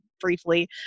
briefly